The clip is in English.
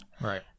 right